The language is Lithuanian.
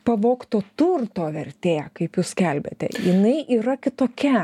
pavogto turto vertė kaip jūs skelbiate jinai yra kitokia